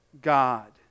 God